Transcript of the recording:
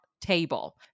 table